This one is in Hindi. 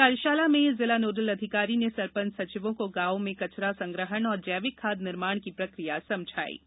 कार्यषाला में जिला नोडल अधिकारी ने सरपंच सचिवों को गाँव में कचरा संग्रहण एवं जैविक खाद निर्माण की प्रक्रिया समझायी